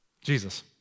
Jesus